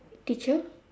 teacher